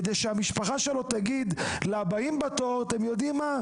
כדי שהמשפחה שלו תגיד לבאים בתור "אתם יודעים מה?